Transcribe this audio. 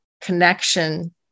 connection